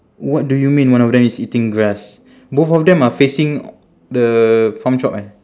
what do you mean one of them is eating grass both of them are facing the farm shop eh